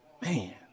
Man